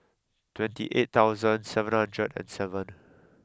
twenty eight thousand seven hundred and seven